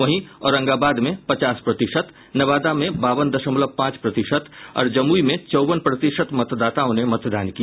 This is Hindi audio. वहीं औरंगाबाद में पचास प्रतिशत नवादा में बावन दशमलव पांच प्रतिशत और जमुई में चौवन प्रतिशत मतदाताओं ने मतदान किया